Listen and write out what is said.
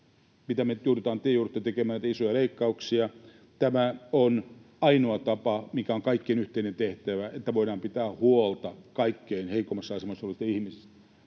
kun te joudutte tekemään näitä isoja leikkauksia — tämä on ainoa tapa, mikä on kaikkien yhteinen tehtävä, että voidaan pitää huolta kaikkein heikoimmassa asemassa olevista ihmisistä.